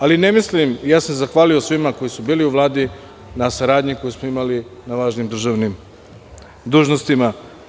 Ali ne mislim, zahvaljujem se svima koji su bili u Vladi na saradnji koju smo imali na važnim državnim dužnostima.